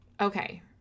Okay